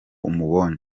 umubonye